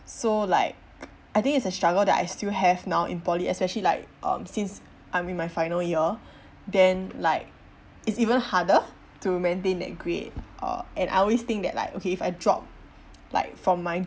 so like I think it's a struggle that I still have now in poly especially like um since I'm in my final year then like it's even harder to maintain that grade uh and I always think that like okay if I drop like from my